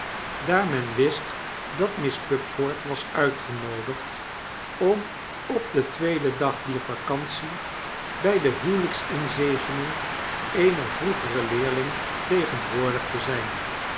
daar men wist dat miss pupford was uitgenoodigd om op dentweeden dag dier vacantie by dehuwelyksinzegeningeener vroegere leerling tegenwoordig te zyn